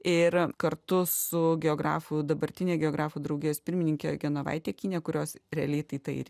ir kartu su geografų dabartine geografų draugijos pirmininke genovaite kine kurios realiai tai ta ir